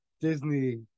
Disney